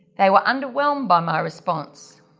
they were underwhelmed by my response,